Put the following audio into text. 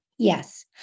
Yes